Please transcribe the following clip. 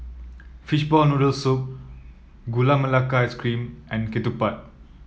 Fishball Noodle Soup Gula Melaka Ice Cream and ketupat